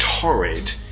torrid